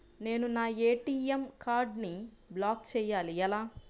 నేను నా ఏ.టీ.ఎం కార్డ్ను బ్లాక్ చేయాలి ఎలా?